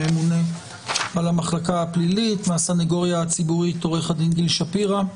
ממונה על המחלקה הפלילית; מהסנגוריה הציבורית עו"ד גיל שפירא,